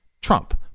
Trump